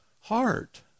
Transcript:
heart